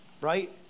Right